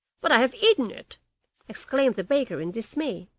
but i have eaten it exclaimed the baker in dismay.